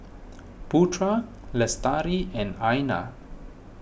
Putra Lestari and